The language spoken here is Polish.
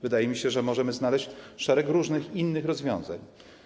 Wydaje mi się, że możemy znaleźć szereg różnych innych rozwiązań.